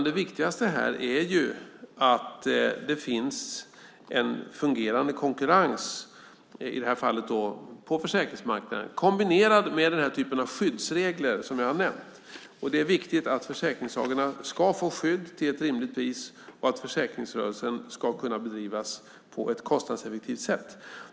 Det viktigaste här är att det finns en fungerande konkurrens, i detta fall på försäkringsmarknaden, kombinerad med den typ av skyddsregler som jag har nämnt. Det är viktigt att försäkringstagarna kan få skydd till ett rimligt pris och att försäkringsrörelsen kan bedrivas på ett kostnadseffektivt sätt.